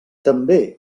també